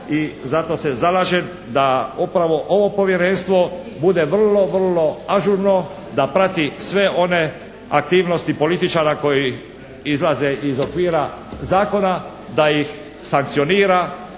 I zato se zalažem da upravo ovo povjerenstvo bude vrlo, vrlo ažurno, da prati sve one aktivnosti političara koji izlaze iz okvira zakona, da ih sankcionira,